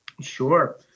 Sure